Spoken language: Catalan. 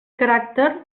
caràcter